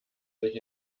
sich